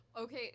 Okay